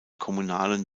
kommunalen